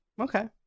Okay